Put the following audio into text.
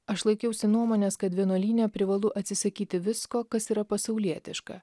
aš laikiausi nuomonės kad vienuolyne privalu atsisakyti visko kas yra pasaulietiška